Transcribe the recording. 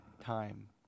time